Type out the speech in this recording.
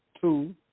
two